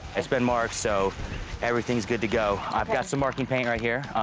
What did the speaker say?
it's been marked, so everything is good to go. i've got some marking paint right here,